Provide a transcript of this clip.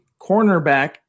cornerback